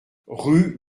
rue